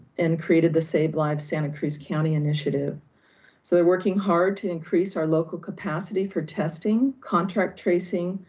and created the save lives santa cruz county initiative. so they're working hard to increase our local capacity for testing, contract tracing,